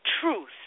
truth